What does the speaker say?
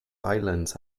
islands